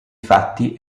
fatti